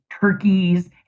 turkeys